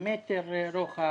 ס"מ רוחב,